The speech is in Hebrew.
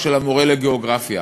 או של המורה לגיאוגרפיה,